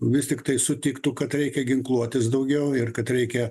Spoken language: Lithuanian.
vis tiktai sutiktų kad reikia ginkluotis daugiau ir kad reikia